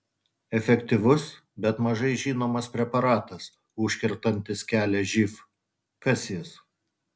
efektyvus bet mažai žinomas preparatas užkertantis kelią živ kas jis